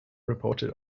reported